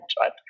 right